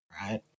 right